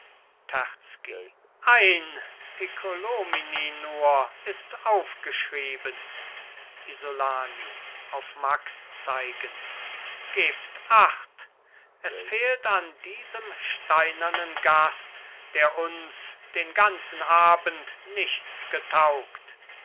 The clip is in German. ein piccolomini nur ist aufgeschrieben isolani auf max zeigend gebt acht es fehlt an diesem steinernen gast der uns den ganzen abend nichts getaugt